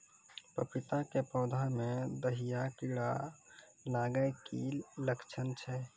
पपीता के पौधा मे दहिया कीड़ा लागे के की लक्छण छै?